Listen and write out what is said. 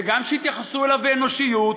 וגם שיתייחסו אליו באנושיות,